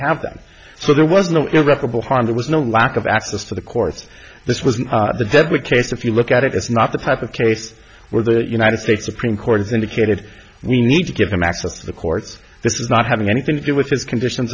have them so there was no irreparable harm there was no lack of access to the courts this was the deadly case if you look at it it's not the type of case where the united states supreme court has indicated we need to give them access to the courts this is not having anything to do with his conditions